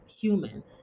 human